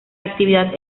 actividad